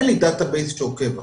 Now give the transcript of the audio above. לך